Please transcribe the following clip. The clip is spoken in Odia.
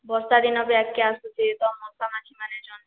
ବର୍ଷାଦିନ ବି ଆଗ୍କେ ଆସୁଛେ ତ ମଶା ମାଛିମାନେ ବି ଜନ୍ମିବେ